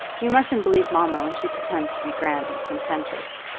you mustn't believe mamma when she pretends to be grand and sententious.